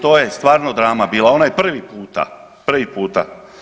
To je stvarno drama bila onaj prvi puta, prvi puta.